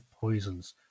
poisons